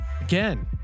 Again